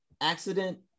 accident